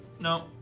no